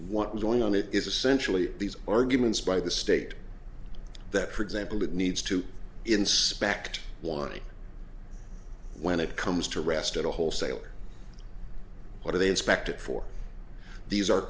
what was going on it is essentially these arguments by the state that for example it needs to inspect wanny when it comes to rest at a wholesaler what are they inspected for these are